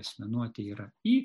asmenuotė ir i